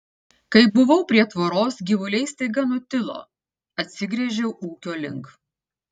kai buvau prie tvoros gyvuliai staiga nutilo atsigręžiau ūkio link